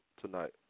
tonight